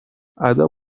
ادب